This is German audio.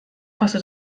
kostet